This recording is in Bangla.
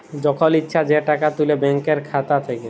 যখল ইছা যে টাকা তুলে ব্যাংকের খাতা থ্যাইকে